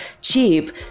cheap